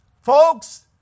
Folks